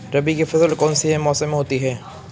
रबी की फसल कौन से मौसम में होती है?